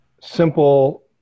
simple